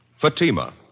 Fatima